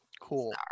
Cool